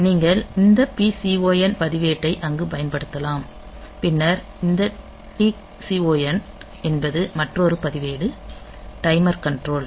நீங்கள் இந்த PCON பதிவேட்டை அங்கு பயன்படுத்தலாம் பின்னர் இந்த TCON என்பது மற்றொரு பதிவேடு டைமர் கண்ட்ரோல்